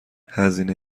هزینه